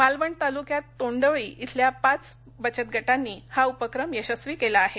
मालवण तालुक्यात तोंडवळी इथंल्या पाच बचतगटांनी हा उपक्रम यशस्वी केला आहे